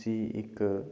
उसी इक